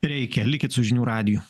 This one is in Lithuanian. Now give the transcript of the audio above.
reikia likit su žinių radiju